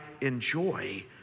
enjoy